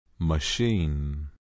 machine